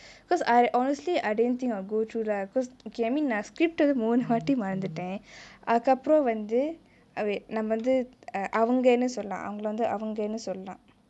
because I honestly I didn't think I'll go through lah because I mean நா:naa script ட வந்து மூனு வாட்டி மறந்துட்டே அதுக்கு அப்ரோ வந்து:te vanthu moonu vaati maranthutae athuku apro vanthu uh wait நம்ம வந்து:namma vanthu uh அவங்கனு சொல்லலா அவங்கலே வந்து அவங்கேனு சொல்லலா:avangganu sollelaa avanggalae vanthu avanggenu sollelaa